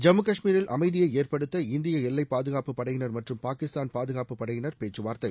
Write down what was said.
ஜம்மு கஷ்மீரில் அமைதியை ஏற்படுத்த இந்திய எல்லை பாதுகாப்பு படையினர் மற்றும் பாகிஸ்தான் பாதுகாப்பு படையினர் பேச்சுவார்த்தை